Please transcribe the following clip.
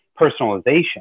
personalization